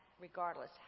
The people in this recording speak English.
regardless